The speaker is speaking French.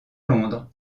londres